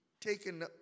taken